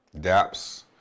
DAPS